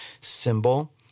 symbol